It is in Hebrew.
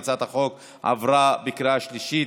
הצעת החוק עברה בקריאה שלישית,